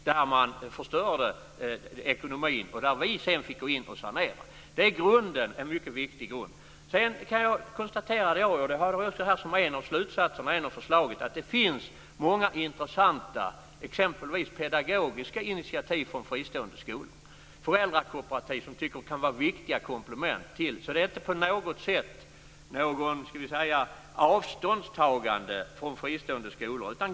Då förstörde man ekonomin, och vi fick sedan gå in och sanera. Det är grunden - en mycket viktig grund. Jag kan konstatera, och det är en av slutsatserna i förslaget, att det finns många intressanta initiativ, bl.a. pedagogiska sådana, från fristående skolor. Det kan finnas föräldrakooperativ som jag tycker kan vara viktiga komplement. Det är alltså inte på något sätt fråga om något avståndstagande från fristående skolor.